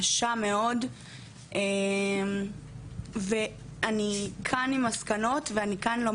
ואני כאן לומר שאני לא ידעתי לאן אני יכולה לפנות ומה אני יכולה לעשות.